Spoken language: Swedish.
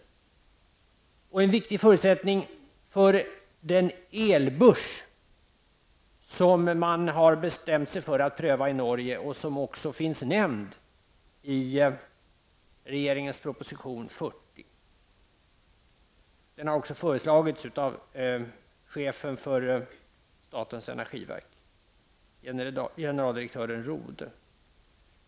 Det är även en viktig förutsättning för den elbörs som man har bestämt sig för att pröva i Norge och som också finns nämnd i regeringens proposition nr 40. Det har också föreslagits av chefen för statens energiverk, generaldirektör Rode.